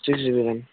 six GB RAM